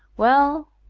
well,